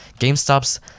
GameStop's